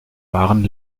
waren